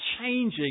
changing